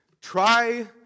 Try